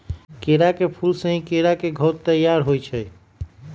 केरा के फूल से ही केरा के घौर तइयार होइ छइ